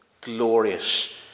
Glorious